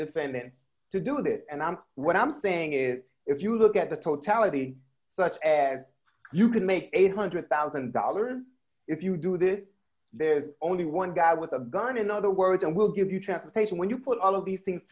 defendant to do that and i'm what i'm saying is if you look at the totality such as you can make eight hundred thousand dollars if you do this there's only one guy with a gun in other words and will give you transportation when you pull all of these things